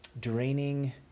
draining